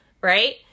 Right